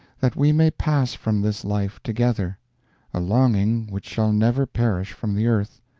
that we may pass from this life together a longing which shall never perish from the earth,